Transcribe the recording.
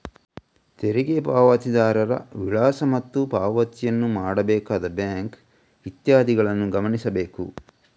ತೆರಿಗೆ ಪಾವತಿದಾರರ ವಿಳಾಸ ಮತ್ತು ಪಾವತಿಯನ್ನು ಮಾಡಬೇಕಾದ ಬ್ಯಾಂಕ್ ಇತ್ಯಾದಿಗಳನ್ನು ಗಮನಿಸಬೇಕು